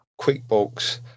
QuickBooks